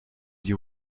die